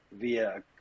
via